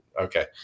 okay